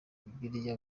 bibiliya